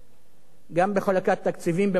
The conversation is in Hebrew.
גם בחלוקת תקציבים במערכת החינוך,